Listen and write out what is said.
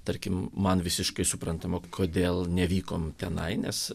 tarkim man visiškai suprantama kodėl nevykom tenai nes